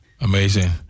amazing